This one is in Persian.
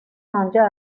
آنجا